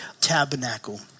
tabernacle